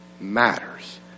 matters